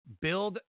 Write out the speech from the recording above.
build